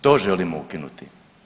To želimo ukinuti.